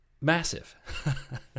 massive